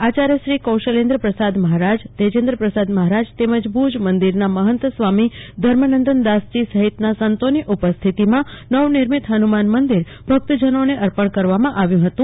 આચાર્યશ્રી કૌશલેન્દ્રપ્રસાદ મહારાજ તેજેન્દ્રપ્રસાદ મહારાજ તમેજ ભુજ મંદિરના સ્વામિ ધર્મનંદનદાસ સહિત સંતો ઉપસ્થિતમાં નવનિર્મિત હનુમાન મંદિર ભક્તજનોને અર્પણ કરવામાં આવ્યું હતું